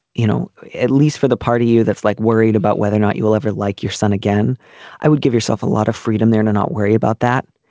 you know at least for the part of you that's like worried about whether or not you will ever like your son again i would give yourself a lot of freedom there to not worry about that.